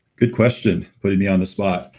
good question. putting me on the spot.